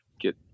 get